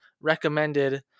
recommended